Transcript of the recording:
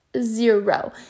Zero